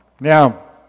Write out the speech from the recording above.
Now